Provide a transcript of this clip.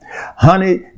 Honey